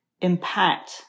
impact